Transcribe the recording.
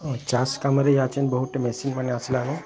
ଚାଷ କାମରେ ଏଛେନ ବହୁତ ମେସିନ୍ ମାନେ ଆସିଲାନ